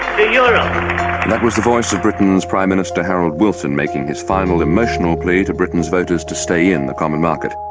europe. that was the voice of britain's prime minister harold wilson, making his final emotional plea to britain's voters to stay in the common market.